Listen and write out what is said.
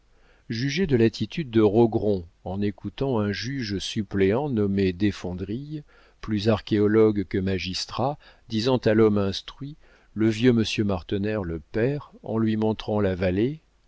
jugez de l'attitude de rogron en écoutant un juge-suppléant nommé desfondrilles plus archéologue que magistrat disant à l'homme instruit le vieux monsieur martener le père en lui montrant la vallée